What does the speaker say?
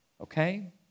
Okay